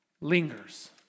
lingers